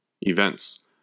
events